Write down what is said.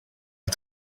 est